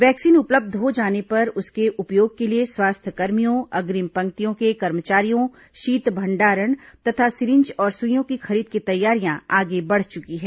vaccine उपलब्ध हो जाने पर उसके उपयोग के लिए स्वास्थ्यकर्मियों अग्रिम पंक्तियों के कर्मचारियों शीत भंडारण तथा सीरिंज और सुइयों की खरीद की तैयारियां आगे बढ चुकी है